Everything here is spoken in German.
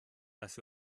dass